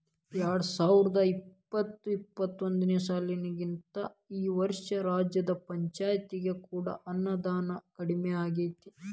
ಎರ್ಡ್ಸಾವರ್ದಾ ಇಪ್ಪತ್ತು ಇಪ್ಪತ್ತೊಂದನೇ ಸಾಲಿಗಿಂತಾ ಈ ವರ್ಷ ರಾಜ್ಯದ್ ಪಂಛಾಯ್ತಿಗೆ ಕೊಡೊ ಅನುದಾನಾ ಕಡ್ಮಿಯಾಗೆತಿ